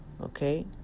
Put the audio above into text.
Okay